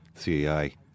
CAI